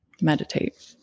meditate